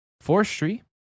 Forestry